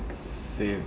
s~ same